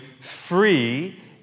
free